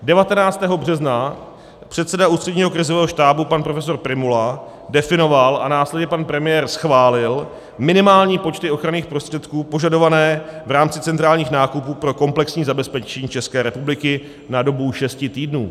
19. března předseda Ústředního krizového štábu pan profesor Prymula definoval a následně pan premiér schválil minimální počty ochranných prostředků požadovaných v rámci centrálních nákupů pro komplexní zabezpečení České republiky na dobu šesti týdnů.